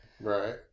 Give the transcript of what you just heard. Right